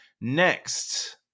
Next